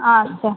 আচ্ছা